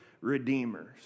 redeemers